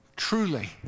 Truly